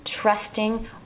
trusting